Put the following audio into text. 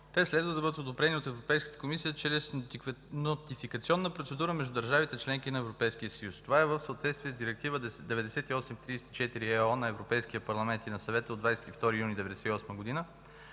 те следва да бъдат одобрени от Европейската комисия чрез нотификационна процедура между държавите – членки на Европейския съюз. Това е в съответствие с Директива 98/34 ЕО на Европейския парламент и на Съвета от 22 юни 1998 г.,